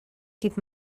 dydd